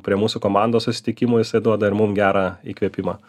prie mūsų komandos susitikimų jisai duoda ir mum gerą įkvėpimą